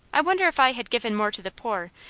i wonder if i had given more to the poor,